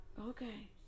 Okay